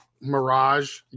Mirage